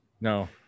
No